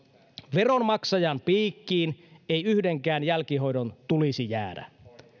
veronmaksajan piikkiin ei yhdenkään jälkihoidon tulisi jäädä